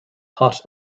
hot